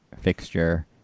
fixture